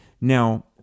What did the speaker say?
Now